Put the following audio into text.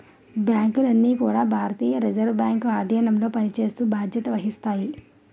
బ్యాంకులన్నీ కూడా భారతీయ రిజర్వ్ బ్యాంక్ ఆధీనంలో పనిచేస్తూ బాధ్యత వహిస్తాయి